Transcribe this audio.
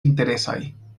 interesaj